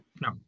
No